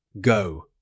Go